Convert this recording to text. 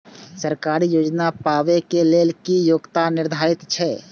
सरकारी योजना पाबे के लेल कि योग्यता निर्धारित छै?